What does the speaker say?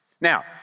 Now